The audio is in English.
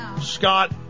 Scott